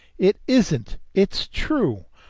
it isn't. it's true.